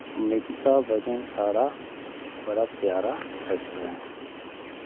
अमीता बचन साढ़ा बड़ा प्यारा ऐकटर ऐ